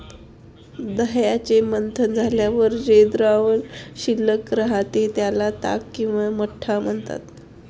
दह्याचे मंथन झाल्यावर जे द्रावण शिल्लक राहते, त्याला ताक किंवा मठ्ठा म्हणतात